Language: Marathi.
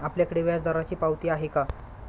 आपल्याकडे व्याजदराची पावती आहे का?